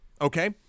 okay